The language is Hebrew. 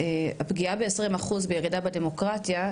הפגיעה ב- 20% בירידה בדמוקרטיה.